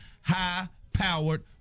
high-powered